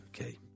okay